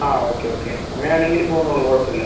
ആ okay okay അങ്ങനെ ആണെങ്കിൽ പോന്നോളൂ കുഴപ്പം ഇല്ല